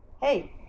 hey